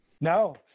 No